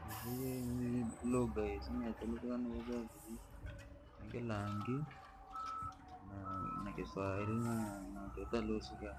Susu wenywi lugha yisu yene tulusikaa navazazi, ni kilangi, na- nakiswairi na- natukalusikaa,